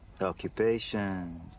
occupation